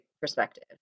perspective